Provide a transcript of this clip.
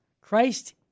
Christ